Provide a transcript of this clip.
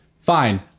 Fine